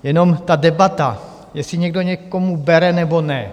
Jenom ta debata, jestli někdo někomu bere, nebo ne.